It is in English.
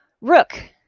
Rook